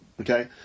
Okay